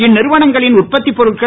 இந்நிறுவனங்களின் உற்பத்திப் பொருட்கள்